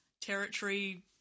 territory